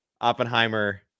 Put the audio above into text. Oppenheimer